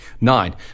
Nine